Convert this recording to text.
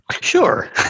Sure